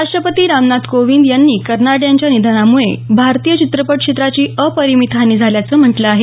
राष्ट्रपती रामनाथ कोविंद यांनी कर्नाड यांच्या निधनामुळं भारतीय चित्रपट क्षेत्राची अपरिमित हानी झाल्याचं म्हटलं आहे